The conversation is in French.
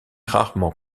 rarement